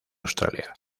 australia